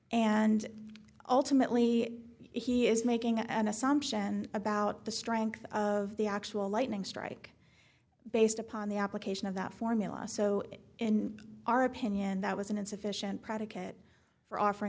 and ultimately he is making an assumption about the strength of the actual lightning strike based upon the application of that formula so in our opinion that was an insufficient predicate for offering